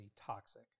toxic